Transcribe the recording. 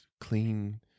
Clean